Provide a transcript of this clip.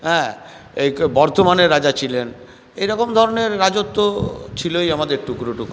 অ্যাঁ বর্ধমানের রাজা ছিলেন এরকম ধরনের রাজত্ব ছিলই আমাদের টুকরো টুকরো